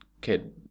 kid